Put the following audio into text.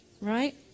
right